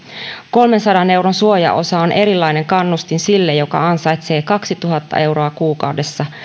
kolmensadan euron suojaosa on erilainen kannustin sille joka ansaitsee kaksituhatta euroa kuukaudessa